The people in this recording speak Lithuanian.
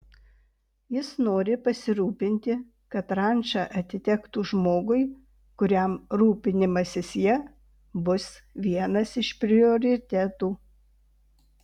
jis nori pasirūpinti kad ranča atitektų žmogui kuriam rūpinimasis ja bus vienas iš prioritetų